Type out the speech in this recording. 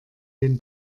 den